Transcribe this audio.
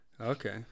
Okay